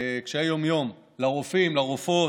קשיי יום-יום, לרופאים ולרופאות.